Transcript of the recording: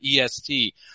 EST